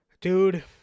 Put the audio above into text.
Dude